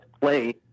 play